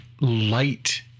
light